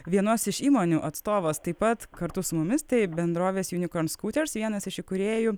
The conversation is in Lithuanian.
vienos iš įmonių atstovas taip pat kartu su mumis taip bendrovės junikornskūters vienas iš įkūrėjų